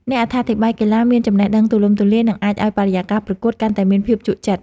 អ្នកអត្ថាធិប្បាយកីឡាមានចំណេះដឹងទូលំទូលាយ និងអាចធ្វើឱ្យបរិយាកាសប្រកួតកាន់តែមានភាពជក់ចិត្ត។